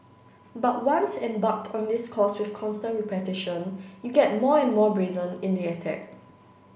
but once embarked on this course with constant repetition you get more and more brazen in the attack